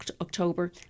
October